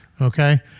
Okay